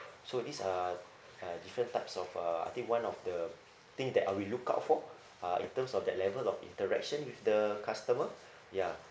so it's uh uh different types of uh I think one of the things that uh we look out for uh in terms of that level of interaction with the customer ya